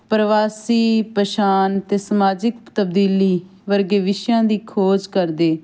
ਪ੍ਰਵਾਸੀ ਪਛਾਨ ਅਤੇ ਸਮਾਜਿਕ ਤਬਦੀਲੀ ਵਰਗੇ ਵਿਸ਼ਿਆਂ ਦੀ ਖੋਜ ਕਰਦੇ